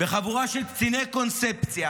בחבורה של קציני קונספציה